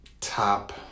top